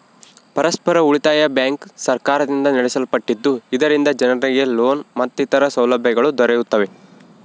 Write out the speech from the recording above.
ಪರಸ್ಪರ ಉಳಿತಾಯ ಬ್ಯಾಂಕ್ ಸರ್ಕಾರದಿಂದ ನಡೆಸಲ್ಪಟ್ಟಿದ್ದು, ಇದರಿಂದ ಜನರಿಗೆ ಲೋನ್ ಮತ್ತಿತರ ಸೌಲಭ್ಯಗಳು ದೊರೆಯುತ್ತವೆ